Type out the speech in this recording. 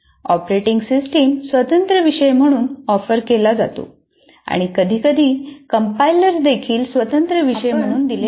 operating system स्वतंत्र विषय म्हणून ऑफर केला जातो किंवा कधीकधी कंपाइलर्स देखील स्वतंत्र विषय म्हणून दिले जातात